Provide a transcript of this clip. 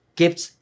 gifts